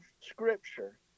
Scripture